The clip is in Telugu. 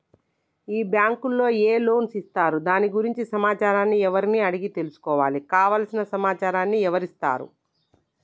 ఈ బ్యాంకులో ఏ లోన్స్ ఇస్తారు దాని గురించి సమాచారాన్ని ఎవరిని అడిగి తెలుసుకోవాలి? కావలసిన సమాచారాన్ని ఎవరిస్తారు?